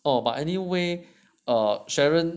but anyway err sharon